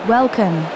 Welcome